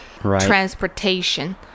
transportation